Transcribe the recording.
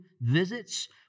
visits